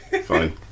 fine